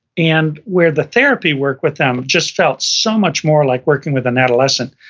and where the therapy work with them just felt so much more like working with an adolescent.